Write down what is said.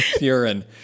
urine